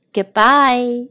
Goodbye